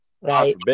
right